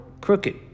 crooked